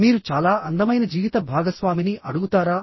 మీరు చాలా అందమైన జీవిత భాగస్వామిని అడుగుతారా